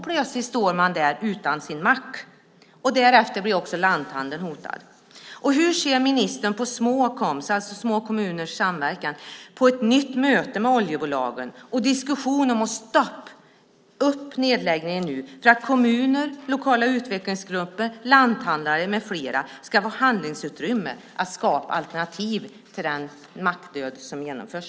Plötsligt står man där utan sin mack. Därefter hotas också lanthandeln. Hur ser ministern på Småkoms förslag på ett nytt möte med oljebolagen och en diskussion om att stoppa nedläggningen nu för att kommuner, lokala utvecklingsgrupper, lanthandlare med flera ska få handlingsutrymme att skapa alternativ till den mackdöd som nu genomförs?